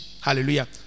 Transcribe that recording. Hallelujah